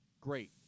great